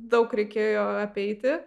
daug reikėjo apeiti